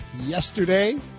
yesterday